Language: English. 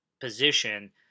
position